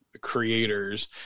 creators